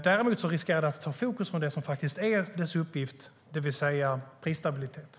Däremot riskerar detta att ta fokus från det som faktiskt är dess uppgift: prisstabiliteten.